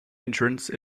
entrance